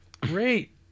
great